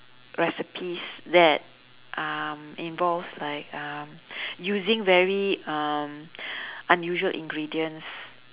recipes that um involves like um using very um unusual ingredients